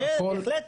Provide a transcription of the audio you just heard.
בהחלט.